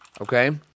Okay